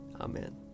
Amen